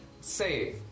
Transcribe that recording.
Say